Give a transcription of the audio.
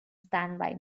standby